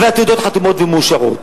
התעודות חתומות ומאושרות.